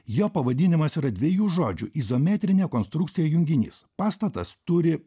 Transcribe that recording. jo pavadinimas yra dviejų žodžių izometrinė konstrukcija junginys pastatas turi